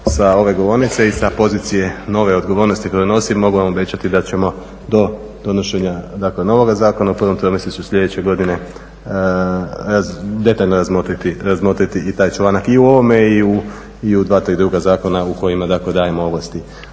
sa govornice i sa pozicije nove odgovornosti koju nosim mogu vam obećati da ćemo do donošenja novog zakona u prvom tromjesečju sljedeće godine detaljno razmotriti taj članak i u ovome i u dva-tri druga zakona u kojima dajemo ovlasti